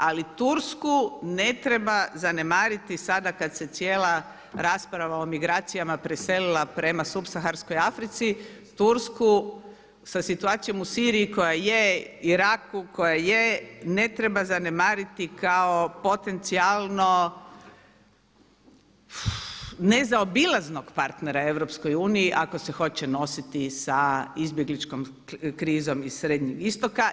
Ali Tursku ne treba zanemariti sada kad se cijela rasprava o migracijama preselila prema supsaharskoj Africi, Tursku sa situacijom u Siriji i Iraku koja je ne treba zanemariti kao potencijalno nezaobilaznog partnera EU ako se hoće nositi sa izbjegličkom krizom iz Srednjeg istoka.